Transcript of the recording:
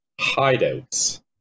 hideouts